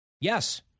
Yes